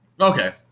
Okay